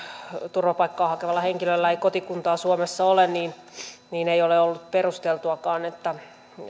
turvapaikkaa hakevalla henkilöllä ei kotikuntaa suomessa ole niin niin ei ole ollut perusteltuakaan että